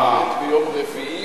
אה, אה.